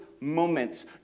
moments